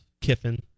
Kiffin